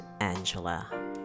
Angela